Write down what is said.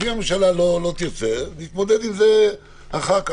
אם הממשלה לא תרצה, נתמודד עם זה אחר כך.